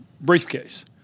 briefcase